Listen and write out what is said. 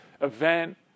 event